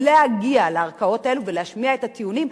להגיע לערכאות האלה ולהשמיע את הטיעונים.